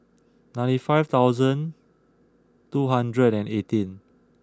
ninety five thousand two hundred and eighteen